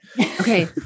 Okay